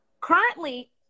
currently